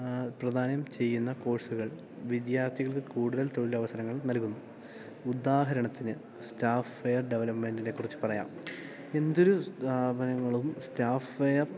പ്രദാനം ചെയ്യുന്ന കോഴ്സുകൾ വിദ്യാർത്ഥികൾക്ക് കൂടുതൽ തൊഴിലവസരങ്ങൾ നൽകുന്നു ഉദാഹരണത്തിന് സ്റ്റാഫ്വെയർ ഡെവലപ്മെൻറ്റിനെക്കുറിച്ച് പറയാം എന്തൊരു സ്ഥാപനങ്ങളും സ്റ്റാഫ്വെയർ